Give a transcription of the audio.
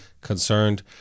concerned